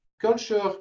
culture